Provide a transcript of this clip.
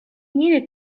needed